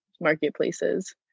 marketplaces